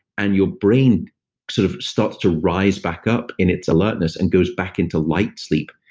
and your brain sort of starts to rise back up in its alertness, and goes back into light sleep.